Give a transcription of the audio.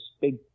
big